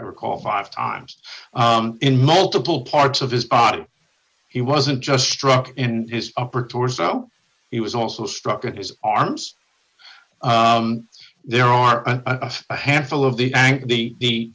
i recall five times in multiple parts of his body he wasn't just struck and his upper torso he was also struck in his arms there are a handful of the i think the